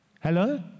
Hello